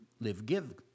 live-give